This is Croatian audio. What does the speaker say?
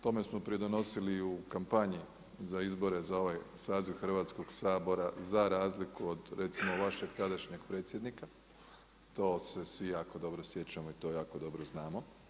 Tom smo pridonosili i u kampanji za izbore za ovaj saziv Hrvatskoga sabora za razliku od recimo vašeg tadašnjeg predsjednika, to se svi jako dobro sjećamo i to jako dobro znamo.